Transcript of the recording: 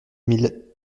mille